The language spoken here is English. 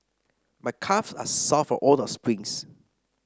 my calves are sore from all the sprints